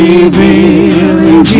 Revealing